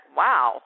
wow